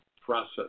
process